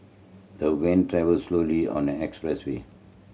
the van travelled slowly on the expressway